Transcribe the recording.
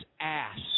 ass